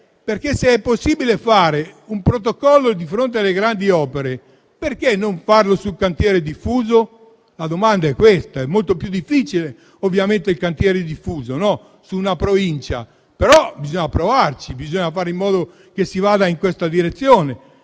Se è possibile fare un protocollo di fronte alle grandi opere, perché non farlo anche sul cantiere diffuso? La domanda è questa. È molto più difficile il cantiere diffuso su una Provincia, però bisogna provarci e fare in modo che si vada in questa direzione,